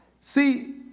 see